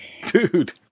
Dude